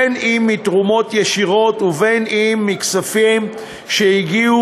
בין אם מתרומות ישירות ובין אם מכספים שהגיעו